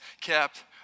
kept